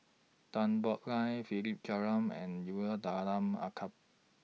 Tan Boo Liat Philip Jeyaretnam and Umar Abdullah Al Khatib